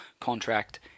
contract